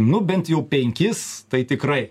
nu bent jau penkis tai tikrai